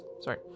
Sorry